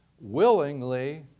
willingly